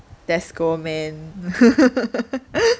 let's go man